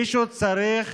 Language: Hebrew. מישהו צריך